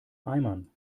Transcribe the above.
eimern